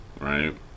Right